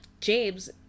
James